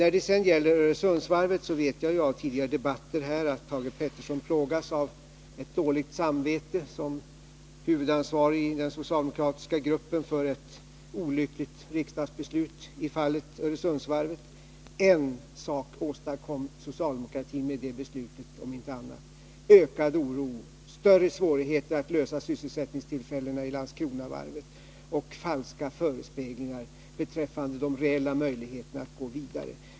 När det sedan gäller Öresundsvarvet vet jag ju från tidigare debatter att Thage Peterson plågas av ett dåligt samvete såsom huvudansvarig inom den socialdemokratiska gruppen för ett olyckligt riksdagsbeslut. Vad socialdemokratin åstadkom med det beslutet var ökad oro, större svårigheter att lösa sysselsättningsproblemen vid Landskronavarvet och falska förespeglingar beträffande de reella möjligheterna att gå vidare.